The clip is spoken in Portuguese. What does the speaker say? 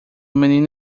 menino